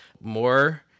more